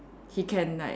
he can like